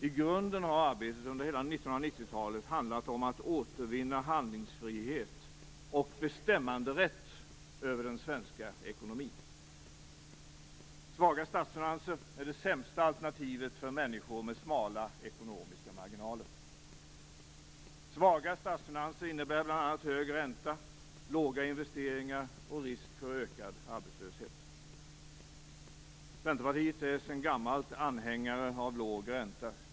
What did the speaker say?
I grunden har arbetet under hela 1990-talet handlat om att återvinna handlingsfrihet och bestämmanderätt över den svenska ekonomin. Svaga statsfinanser är det sämsta alternativet för människor med smala ekonomiska marginaler. Svaga statsfinanser innebär bl.a. hög ränta, låga investeringsnivåer och risk för ökad arbetslöshet. Centerpartiet är sedan gammalt anhängare av låg ränta.